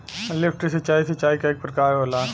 lift सिंचाई, सिंचाई क एक प्रकार होला